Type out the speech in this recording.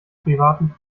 privaten